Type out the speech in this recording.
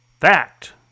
Fact